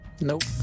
Nope